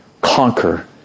conquer